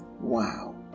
wow